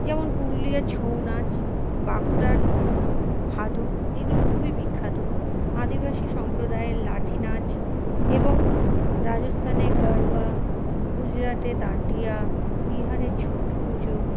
যেমন পুরুলিয়ার ছৌ নাচ বাঁকুড়ার টুসু ভাদু এগুলো খুবই বিখ্যাত আদিবাসী সম্প্রদায়ের লাঠি নাচ এবং রাজস্থানে গারবা গুজরাটে ডাণ্ডিয়া বিহারে ছট পুজো